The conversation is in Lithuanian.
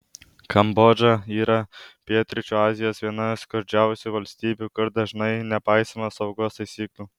kambodža yra pietryčių azijos viena skurdžiausių valstybių kur dažnai nepaisoma saugos taisyklių